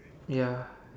ya